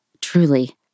truly